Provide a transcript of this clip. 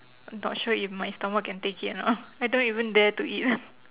not sure if my stomach can take it or not I don't even dare to eat